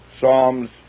Psalms